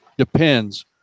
depends